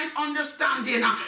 understanding